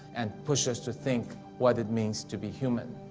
and push us to think what it means to be human.